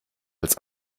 als